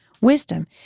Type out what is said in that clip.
wisdom